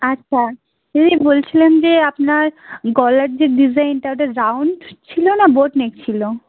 আচ্ছা আমি বলছিলাম যে আপনার গলার যে ডিজাইনটা ওটা রাউন্ড ছিলো না বোট নেক ছিলো